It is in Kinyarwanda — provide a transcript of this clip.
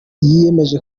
yiyemeje